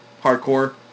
hardcore